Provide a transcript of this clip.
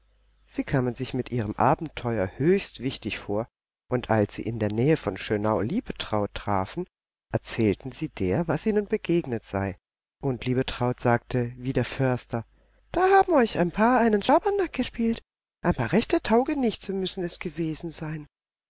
sie kamen sich mit ihrem abenteuer höchst wichtig vor und als sie in der nähe von schönau liebetraut trafen erzählten sie der was ihnen begegnet sei und liebetraut sagte wie der förster da haben euch ein paar einen schabernack gespielt ein paar rechte taugenichtse müssen es gewesen sein